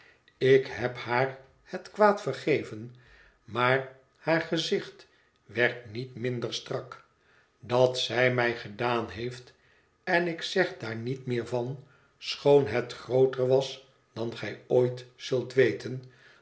ik heb haar het kwaad vergeven maar haar gezicht werd niet minder strak dat zij mij gedaan heeft en ik zeg daar niet meer van schoon het grooter was dan gij ooit zult weten